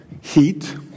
heat